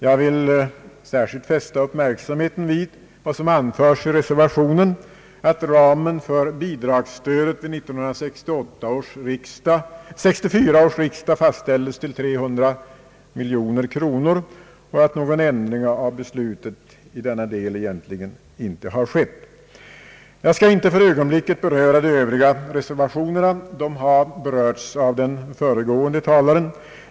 Jag vill särskilt fästa uppmärksamheten vid vad som anföres i reservationen att ramen för bidragsstödet vid 1964 års riksdag fastställdes till 300 miljoner kronor och att någon ändring av beslutet i denna del sedan dess egentligen ej har skett. Jag skall inte för ögonblicket beröra de övriga reservationerna; de har behandlats av den föregående talaren.